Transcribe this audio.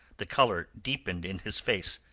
the colour deepened in his face.